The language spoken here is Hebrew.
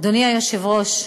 אדוני היושב-ראש,